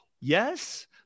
yes